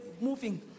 moving